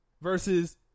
versus